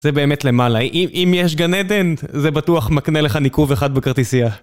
זה באמת למעלה, אם אם יש גן עדן, זה בטוח מקנה לך ניקוב אחד בכרטיסייה